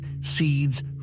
seeds